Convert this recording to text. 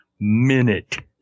minute